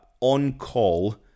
on-call